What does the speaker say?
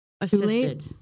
assisted